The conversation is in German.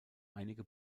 einige